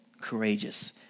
courageous